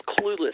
clueless